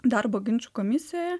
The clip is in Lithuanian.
darbo ginčų komisijoje